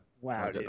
Wow